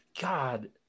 God